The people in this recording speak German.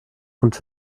und